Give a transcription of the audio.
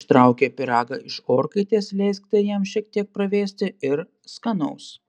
ištraukę pyragą iš orkaitės leiskite jam šiek tiek pravėsti ir skanaus